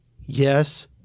yes